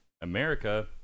America